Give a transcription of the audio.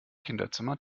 kinderzimmer